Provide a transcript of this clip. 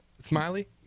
Smiley